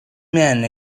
men